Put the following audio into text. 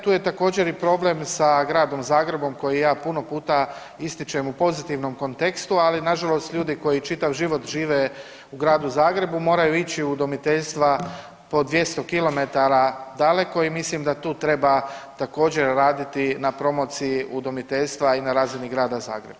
Tu je također i problem sa Gradom Zagrebom koji ja puno puta ističem u pozitivnom kontekstu, ali nažalost ljudi koji čitav život žive u Gradu Zagrebu moraju ići u udomiteljstva po 200 kilometara daleko i mislim da tu treba također raditi na promociji udomiteljstva i na razini Grada Zagreba.